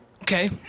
Okay